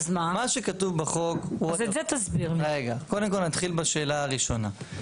מה שכתוב בחוק, קודם כל נתחיל בשאלה הראשונה.